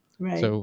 Right